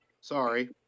sorry